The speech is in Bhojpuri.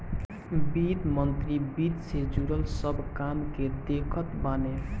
वित्त मंत्री वित्त से जुड़ल सब काम के देखत बाने